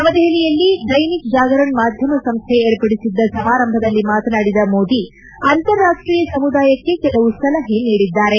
ನವದೆಪಲಿಯಲ್ಲಿ ದೈನಿಕ್ ಜಾಗರಣ್ ಮಾಧ್ಯಮ ಸಂಸ್ಥೆ ಏರ್ಪಡಿಸದ್ದ ಸಮಾರಂಭದಲ್ಲಿ ಮಾತನಾಡಿದ ಮೋದಿ ಅಂತಾರಾಷ್ಟೀಯ ಸಮುದಾಯಕ್ಕೆ ಕೆಲವು ಸಲಹೆ ನೀಡಿದ್ದಾರೆ